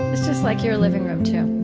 it's just like your living room, too